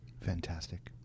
Fantastic